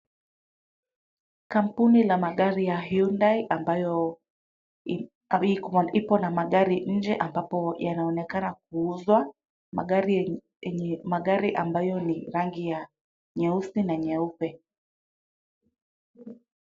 Kampuni la magari ya Hyundai ambayo iko na magari nje ambapo yanaonekana kuuzwa, magari yenye magari ambayo ni rangi ya nyeusi na nyeupe.